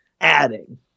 adding